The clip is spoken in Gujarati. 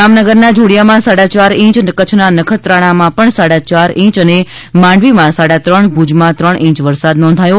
જામનગરના જોડીયામાં સાડા ચાર ઇંચ કચ્છના નખત્રાણામાં પણ સાડા ચાર ઇંચ અને માંડવીમાં સાડા ત્રણ ભૂજમાં ત્રણ ઇંચ વરસાદ નોંધાયો